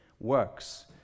works